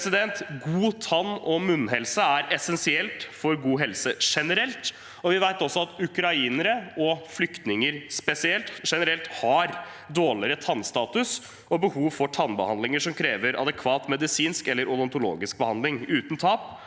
god tann- og munnhelse er essensielt for god helse generelt, og vi vet også at ukrainere og flyktninger spesielt generelt har dårligere tannstatus og behov for tannbehandlinger som krever adekvat medisinsk eller odontologisk behandling uten tap